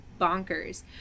bonkers